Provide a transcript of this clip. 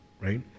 right